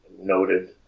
noted